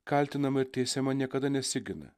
kaltinama ir tiesiama niekada nesigina